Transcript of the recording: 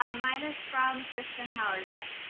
um mine is from kristen howerton.